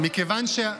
שההחלטה,